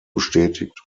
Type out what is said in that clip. bestätigt